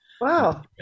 Wow